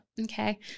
okay